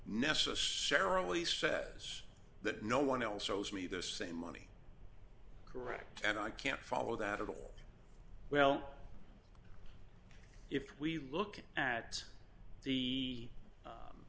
necessarily says that no one else owes me the same money correct and i can't follow that at all well if we look at the